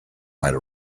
might